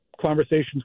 conversations